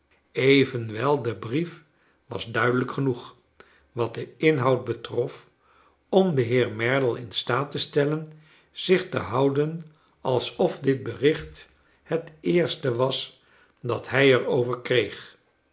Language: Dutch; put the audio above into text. evenwel de brief was duidelijk genoeg wat den inhoud betrof om den heer merdle in staat te stellen zich te houden alsof dit bericht het eerste was dat hij er over kreeg